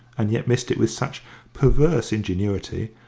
and yet missed it with such perverse ingenuity,